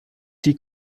die